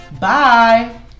Bye